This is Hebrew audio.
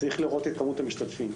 צריך להגדיל את כמות המשתתפים.